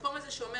המקום הזה שאומר,